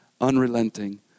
unrelenting